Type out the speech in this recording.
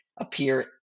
appear